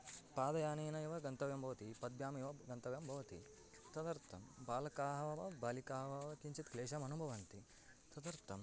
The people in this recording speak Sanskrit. पादयानेन एव गन्तव्यं भवति पद्भ्यामेव गन्तव्यं भवति तदर्थं बालकाः वा बालिकाः वा किञ्चित् क्लेषमनुभवन्ति तत्र तम्